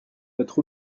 notre